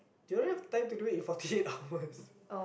they don't have time to do it in forty eight hours